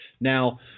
now